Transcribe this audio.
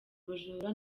ubujura